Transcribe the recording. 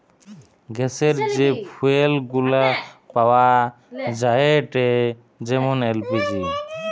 গ্যাসের যে ফুয়েল গুলা পাওয়া যায়েটে যেমন এল.পি.জি